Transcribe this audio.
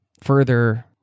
further